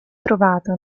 trovata